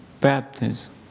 baptism